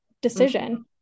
decision